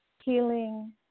healing